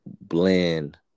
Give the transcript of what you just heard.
blend